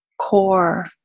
core